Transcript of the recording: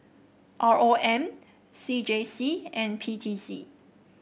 R O M C J C and P T C